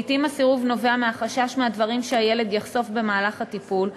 לעתים הסירוב נובע מהחשש מהדברים שהילד יחשוף במהלך הטיפול,